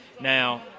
Now